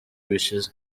bishize